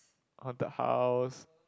hauted house